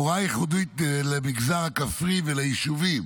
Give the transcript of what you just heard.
הוראה ייחודית למגזר הכפרי וליישובים